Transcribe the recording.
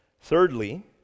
Thirdly